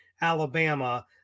Alabama